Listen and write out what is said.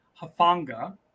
Hafanga